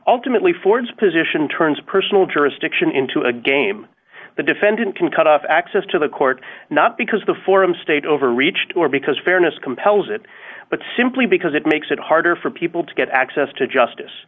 ultimately ford's position turns personal jurisdiction into a game the defendant can cut off access to the court not because the forum state overreached or because fairness compels it but simply because it makes it harder for people to get access to justice